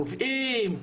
קובעים,